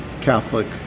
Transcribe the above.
Catholic